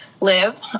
live